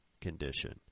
condition